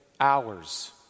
Hours